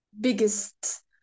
biggest